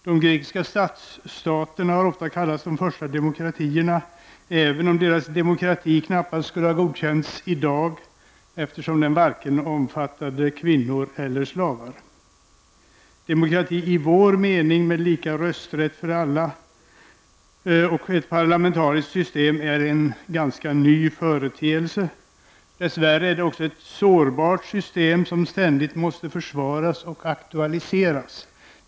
De grekiska stadsstaterna har ofta kallats de första demokratierna, även om deras demokratier knappast skulle ha godkänts i dag gå de varken gav kvinnor eller slavar några rättigheter. Demokrati i vår mening med lika rösträtt för alla och ett parlamentariskt system är en ganska ny företeelse. Dess värre är det också ett sårbart system, som ständigt måste försvaras och aktualiseras.